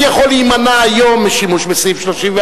יכול להימנע היום משימוש בסעיף 34,